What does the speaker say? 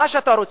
מה שאתה רוצה.